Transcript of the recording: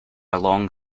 long